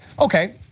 Okay